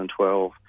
2012